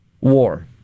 war